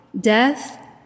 death